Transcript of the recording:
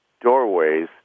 doorways